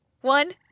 One